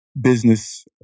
business